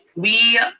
we,